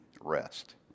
rest